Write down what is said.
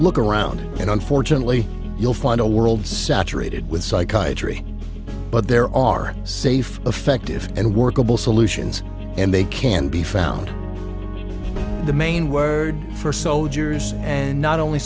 look around and unfortunately you'll find a world saturated with psychiatry but there are safe effective and workable solutions and they can be found in the main word for soldiers and not only